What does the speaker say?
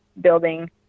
building